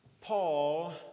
Paul